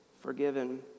forgiven